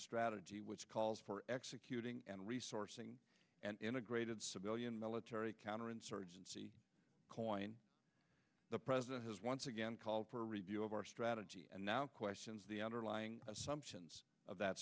strategy which calls for executing and resourcing and integrated civilian military counterinsurgency coin the president has once again called for a review of our strategy and now questions the underlying assumptions of that